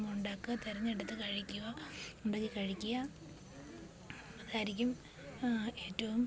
ഉണ്ടാക്ക തെരഞ്ഞടുത്ത് കഴിക്കുക ുണ്ടാക്കി കഴിക്കുക അതായിരിക്കും ഏറ്റവും